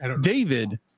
david